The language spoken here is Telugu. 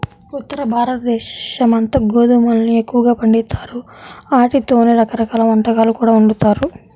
ఉత్తరభారతదేశమంతా గోధుమల్ని ఎక్కువగా పండిత్తారు, ఆటితోనే రకరకాల వంటకాలు కూడా వండుతారు